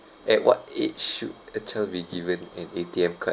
at what age should a child be given an A_T_M card